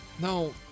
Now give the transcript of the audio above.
No